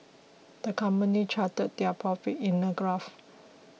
the company charted their profits in a graph